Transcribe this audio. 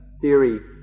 theory